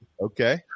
Okay